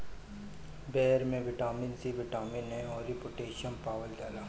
बेर में vitamin C, vitamin A अउरी पोटैशियम पावल जाला